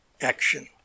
Action